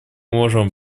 можем